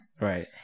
Right